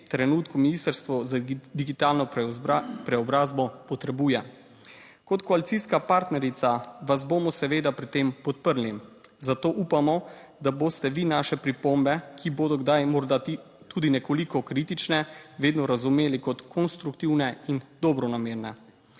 trenutku Ministrstvo za digitalno preobrazbo potrebuje. Kot koalicijska partnerica vas bomo seveda pri tem podprli, zato upamo, da boste vi naše pripombe, ki bodo kdaj morda tudi nekoliko kritične, vedno razumeli kot konstruktivne in dobronamerne.